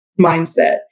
mindset